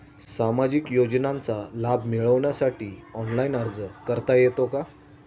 सामाजिक योजनांचा लाभ मिळवण्यासाठी ऑनलाइन अर्ज करता येतो का?